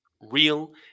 real